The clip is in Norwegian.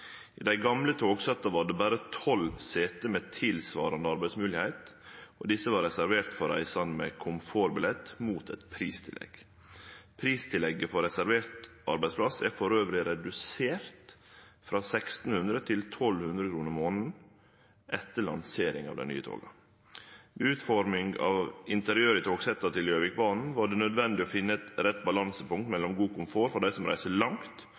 Dei gamle togsetta hadde berre tolv seter med tilsvarande arbeidsmogelegheit, og desse var reserverte for reisande med Komfort-billett mot eit pristillegg. Pristillegget for reservert arbeidsplass er elles redusert frå 1600 kr til 1200 kr i månaden etter lanseringa av dei nye toga. I utforminga av interiøret i togsetta til Gjøvikbanen var det naudsynt å finne rett balansepunkt mellom god komfort for dei som reiser langt,